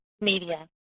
media